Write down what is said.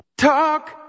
Talk